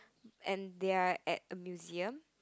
and they are at the museum